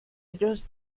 ellos